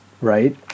right